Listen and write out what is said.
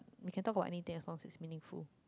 we can talk about anything as long as it's meaningful